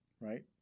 Right